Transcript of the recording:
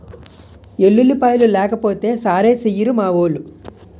ఎల్లుల్లిపాయలు లేకపోతే సారేసెయ్యిరు మావోలు